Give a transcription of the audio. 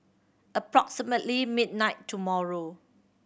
approximately midnight tomorrow